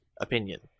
opinion